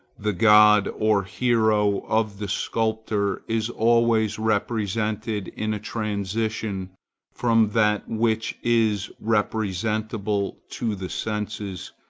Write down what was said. the god or hero of the sculptor is always represented in a transition from that which is representable to the senses,